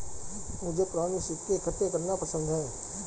मुझे पूराने सिक्के इकट्ठे करना पसंद है